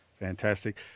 Fantastic